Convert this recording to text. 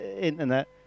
internet